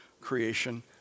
creation